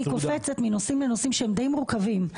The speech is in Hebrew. קופצת מנושאים לנושאים שהם די מורכבים.